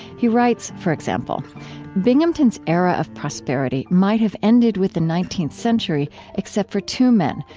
he writes, for example binghamton's era of prosperity might have ended with the nineteenth century except for two men,